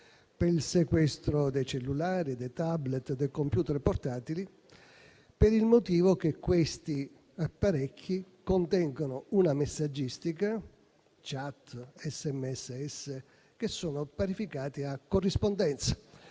per il sequestro dei cellulari, dei *tablet*, dei *computer* portatili per il motivo che questi apparecchi contengono una messaggistica - *chat*, SMS - che è parificata a corrispondenza